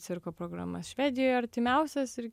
cirko programas švedijoj artimiausias ir